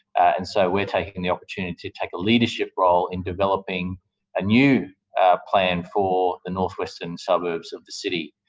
and so we're taking the opportunity to take a leadership role in developing a new plan for the north western suburbs of the city.